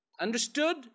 understood